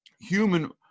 human